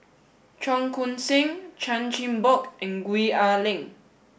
Cheong Koon Seng Chan Chin Bock and Gwee Ah Leng